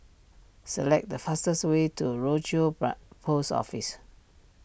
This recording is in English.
select the fastest way to Rochor Post Office